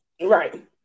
Right